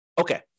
Okay